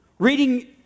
Reading